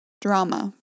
drama